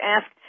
ask